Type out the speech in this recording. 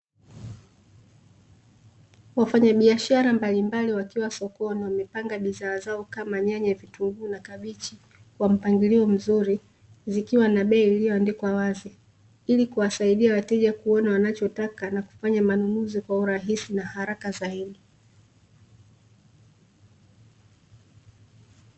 Wafanyabiashara mbalimbali wakiwa sokoni wamepanga bidhaa zao kama nyanya, vitunguu na kabichi kwa mpangilio mzuri zikiwa na bei iliyoandikwa wazi ili kuwasaidia wateja kuona wanachotaka na kufanya manunuzi kwa urahisi na haraka zaidi.